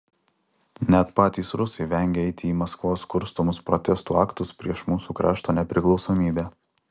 net patys rusai vengia eiti į maskvos kurstomus protestų aktus prieš mūsų krašto nepriklausomybę